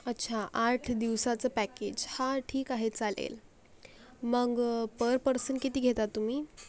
अच्छा आठ दिवसाचं पॅकेज हा ठीक आहे चालेल मग पर पर्सन किती घेता तुम्ही